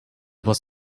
was